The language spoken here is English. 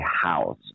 house